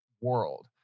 world